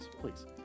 Please